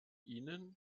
ihnen